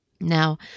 Now